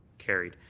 carried.